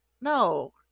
no